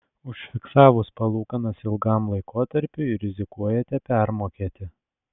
užfiksavus palūkanas ilgam laikotarpiui rizikuojate permokėti